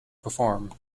perform